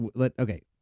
okay